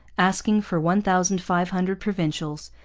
asking for one thousand five hundred provincials,